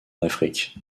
afrique